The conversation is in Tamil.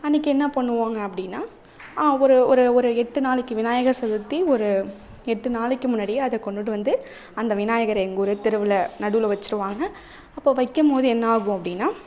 அன்னைக்கு என்ன பண்ணுவாங்க அப்படின்னா ஒரு ஒரு ஒரு எட்டு நாளைக்கு விநாயகர் சதுர்த்தி ஒரு எட்டு நாளைக்கு முன்னாடியே அதை கொண்டுகிட்டு வந்து அந்த விநாயகரை எங்கள் ஊர் தெருவில் நடுவில் வச்சுருவாங்க அப்போ வைக்கும்மோது என்னாகும் அப்படின்னா